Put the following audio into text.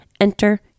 Enter